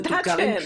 אני יודעת שאין.